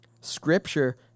Scripture